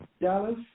Dallas